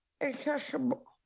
accessible